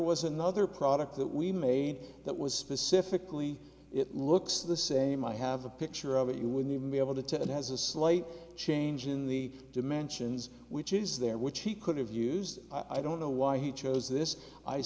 was another product that we made that was specifically it looks the same i have a picture of it you wouldn't even be able to tell it has a slight change in the dimensions which is there which he could have used i don't know why he chose this i